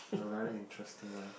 a very interesting line